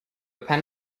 pen